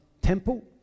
temple